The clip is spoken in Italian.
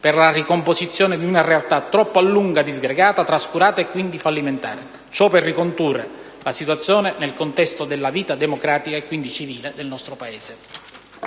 per la ricomposizione di una realtà troppo a lungo disgregata, trascurata, e quindi fallimentare. Ciò per ricondurre la situazione nel contesto della vita democratica, e quindi civile, del nostro Paese.